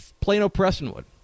Plano-Prestonwood